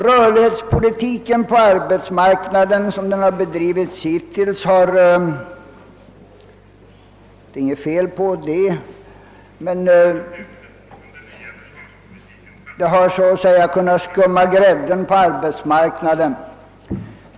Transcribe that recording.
Det har inte hittills varit något fel på rörlighetspolitiken i fråga om arbetskraften, men man har så att säga kunnat skumma grädden av arbetsmarknaden.